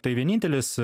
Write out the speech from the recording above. tai vienintelis